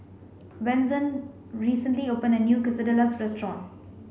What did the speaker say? Wenzel recently opened a new Quesadillas restaurant